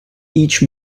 each